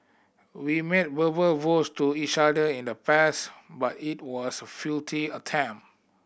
we made verbal vows to each other in the past but it was a futile attempt